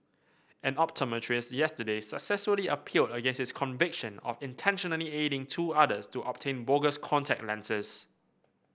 an optometrist yesterday successfully appealed against his conviction of intentionally aiding two others to obtain bogus contact lenses